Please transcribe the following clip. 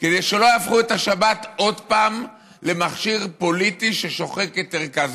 כדי שלא יהפכו את השבת עוד פעם למכשיר פוליטי ששוחק את ערכה.